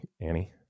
Annie